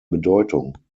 bedeutung